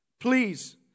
please